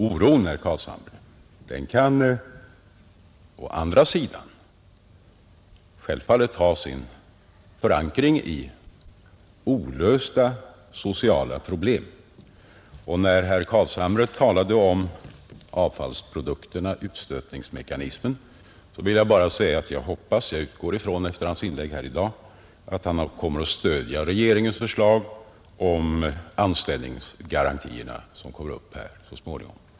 Oron, herr Carlshamre, kan å andra sidan självfallet ha sin förankring i olösta sociala problem. När herr Carlshamre talar om avfallsprodukterna och utstötningsmekanismen vill jag bara hoppas — och jag utgår ifrån det efter hans inlägg i dag — att han kommer att stödja regeringens förslag om anställningsgarantier, som kommer upp här så småningom i riksdagen.